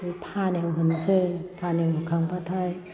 फानायाव होनोसै फानायाव होखां बाथाय